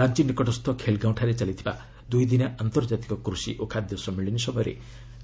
ରାଞ୍ଚ ନିକଟସ୍ଥ ଖେଲ୍ଗାଓଁଠାରେ ଚାଲିଥିବା ଦୁଇଦିନିଆ ଆନ୍ତର୍ଜାତିକ କୃଷି ଓ ଖାଦ୍ୟ ସମ୍ମିଳନୀ ସମୟରେ